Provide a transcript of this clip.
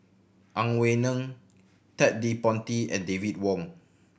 Ang Wei Neng Ted De Ponti and David Wong